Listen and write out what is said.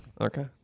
okay